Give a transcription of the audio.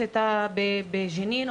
אלה אנשים שמבצעים בדיקות אבחנתיות,